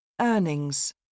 Earnings